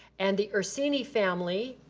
and the ursini family,